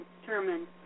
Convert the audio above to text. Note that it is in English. determined